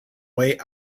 way